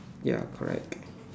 ya correct